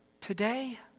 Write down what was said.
today